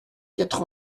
quatre